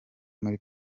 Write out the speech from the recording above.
muri